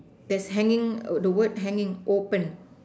there's hanging the word hanging open